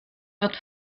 wird